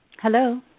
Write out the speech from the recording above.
Hello